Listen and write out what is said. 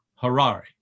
Harari